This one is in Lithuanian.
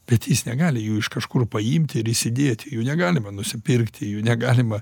bet jis negali jų iš kažkur paimti ir įsidėt jų negalima nusipirkti jų negalima